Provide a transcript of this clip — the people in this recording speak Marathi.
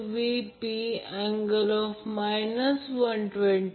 तर तो VL अँगल 90° असेल √3 Vp VL आहे